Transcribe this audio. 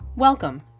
Welcome